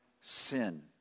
sin